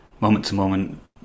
moment-to-moment